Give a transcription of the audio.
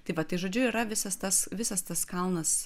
tai va tai žodžiu yra visas tas visas tas kalnas